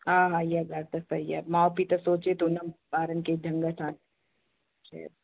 हा हा इहा ॻाल्हि त सही आहे माउ पीउ त सोचे थो न ॿारनि खे ढंग सां शइ